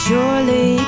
Surely